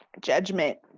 judgment